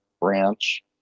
branch